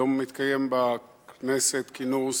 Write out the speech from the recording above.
היום התקיים בכנסת כינוס